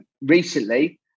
recently